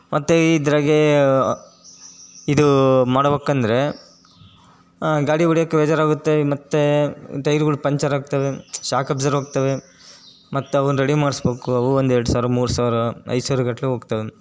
ಮತ್ತು ಇದರಾಗೆ ಇದು ಮಾಡ್ಬೇಕಂದ್ರೆ ಗಾಡಿ ಹೊಡಿಯಕ್ಕೆ ಬೇಜಾರಾಗುತ್ತೆ ಮತ್ತು ಟೈರ್ಗಳು ಪಂಚರಾಗ್ತವೆ ಶಾಕ್ ಒಬ್ಸೋರ್ವ್ ಹೋಗ್ತವೆ ಮತ್ತು ಅವನ್ನ ರೆಡಿ ಮಾಡಿಸ್ಬೇಕು ಅವು ಒಂದು ಎರಡು ಸಾವಿರ ಮೂರು ಸಾವಿರ ಐದು ಸಾವಿರಗಟ್ಲೆ ಹೋಗ್ತಾವೆ